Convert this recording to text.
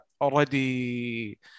already